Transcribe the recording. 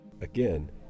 Again